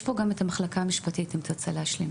יש פה גם את המחלקה המשפטית, אם תרצה להשלים.